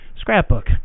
Scrapbook